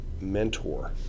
mentor